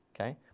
okay